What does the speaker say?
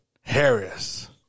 Harris